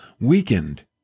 weakened